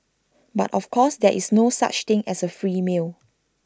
but of course there is no such thing as A free meal